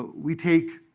we take